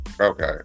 Okay